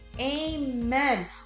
Amen